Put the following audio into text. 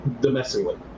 domestically